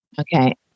Okay